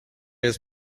jest